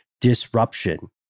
disruption